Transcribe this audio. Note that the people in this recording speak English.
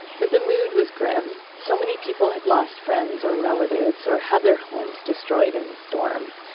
but the mood was grim. so many people had lost friends or relatives or had their homes destroyed in the storm.